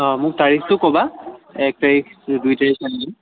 অঁ মোক তাৰিখটো ক'বা এক তাৰিখ দুই তাৰিখ মানে